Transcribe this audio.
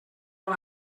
vol